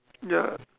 ya